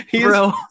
Bro